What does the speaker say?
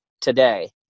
today